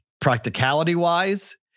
practicality-wise